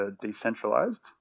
decentralized